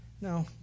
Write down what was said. no